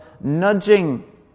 nudging